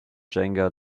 jena